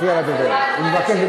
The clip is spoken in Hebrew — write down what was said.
אני מבקש,